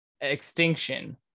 extinction